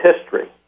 history